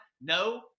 No